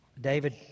David